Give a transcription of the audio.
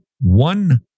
one